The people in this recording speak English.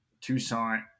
Tucson